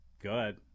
Good